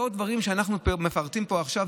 ועוד דברים שאנחנו מפרטים פה עכשיו,